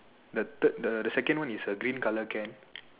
the third the the second one is a green color can